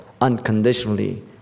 unconditionally